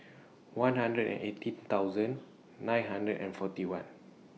one hundred and eighteen thousand nine hundred and forty one